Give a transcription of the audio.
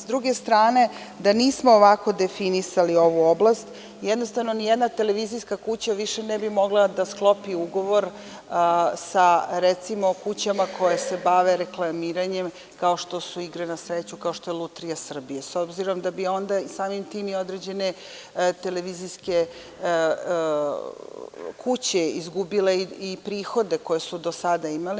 Sa druge strane, da nismo ovako definisali ovu oblast, jednostavno ni jedna televizijska kuća više ne bi mogla da sklopi ugovor sa, recimo, kućama koje se bave reklamiranjem, kao što su igre na sreću, kao što je „Lutrija Srbije“, jer bi onda određene televizijske kuće izgubile prihode koje su do sada imale.